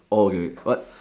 okay but